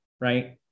right